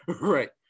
Right